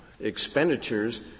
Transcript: expenditures